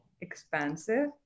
expensive